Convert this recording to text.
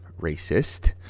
racist